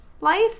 life